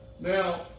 Now